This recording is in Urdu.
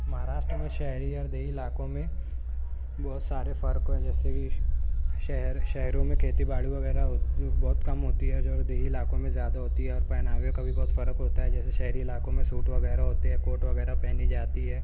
مہاراشٹر میں شہری اور دیہی علاقوں میں بہت سارے فرق ہیں جیسےکہ شہر شہروں میں کھیتی باڑی وغیرہ بہت کم ہوتی ہے اور جو ہے دیہی علاقوں میں زیادہ ہوتی ہے اور پہناوے کا بھی بہت فرق ہوتا ہے جیسے شہری علاقوں میں سوٹ وغیرہ ہوتے ہیں کوٹ وغیرہ پہنی جاتی ہے